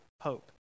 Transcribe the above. hope